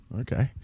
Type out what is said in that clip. okay